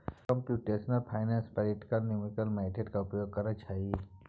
computational finance practical numerical method के उपयोग करइ छइ